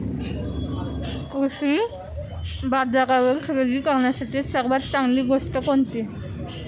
कृषी बाजारावर खरेदी करण्यासाठी सर्वात चांगली गोष्ट कोणती आहे?